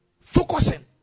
focusing